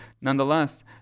Nonetheless